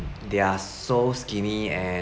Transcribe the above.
they are so skinny and